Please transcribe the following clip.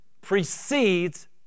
precedes